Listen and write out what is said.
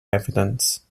evidence